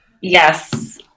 yes